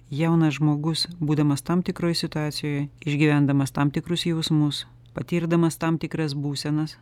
jaunas žmogus būdamas tam tikroj situacijoj išgyvendamas tam tikrus jausmus patirdamas tam tikras būsenas